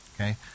okay